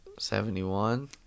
Seventy-one